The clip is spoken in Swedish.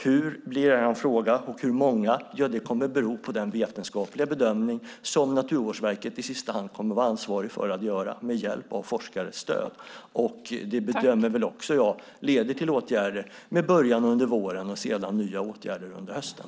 Hur är en annan fråga, och hur många kommer att bero på den vetenskapliga bedömning Naturvårdsverket i sista hand kommer att vara ansvarig för att göra med hjälp av forskares stöd. Det leder också, bedömer jag, till åtgärder med början under våren och sedan nya åtgärder under hösten.